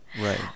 Right